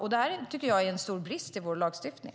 Det tycker jag är en stor brist i vår lagstiftning.